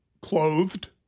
Clothed